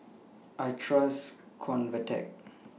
I Trust Convatec